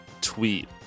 tweet